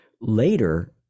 Later